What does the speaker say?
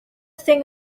thing